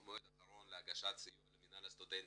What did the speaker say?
מועד אחרון להגשת סיוע למינהל הסטודנטים,